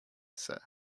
sir